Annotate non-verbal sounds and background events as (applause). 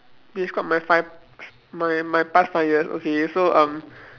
describe my five (noise) my my past five years okay so um